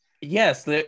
Yes